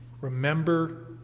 remember